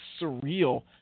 surreal